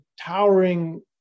towering